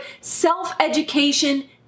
self-education